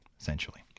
essentially